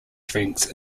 drinks